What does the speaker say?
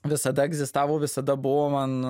visada egzistavo visada buvo man